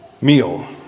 Meal